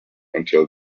until